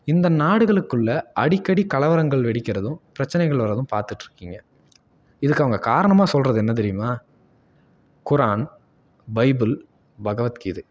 இந்த நாடுகளுக்குள்ளே அடிக்கடி கலவரங்கள் வெடிக்கிறதும் பிரச்சினைகள் வரதும் பார்த்துட்ருக்கிங்க இதுக்கு அவங்க காரணமாக சொல்வது என்ன தெரியுமா குரான் பைபிள் பகவத்கீதை